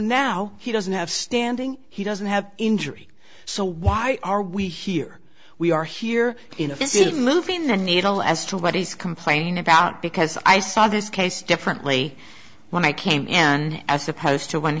now he doesn't have standing he doesn't have injury so why are we here we are here in a visit moving the needle as to what he's complaining about because i saw this case differently when i came in as opposed to